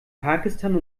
pakistan